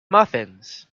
muffins